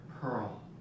Pearl